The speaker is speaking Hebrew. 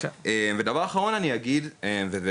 אני אגיד רק עוד דבר אחד אחרון וזה